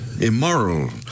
immoral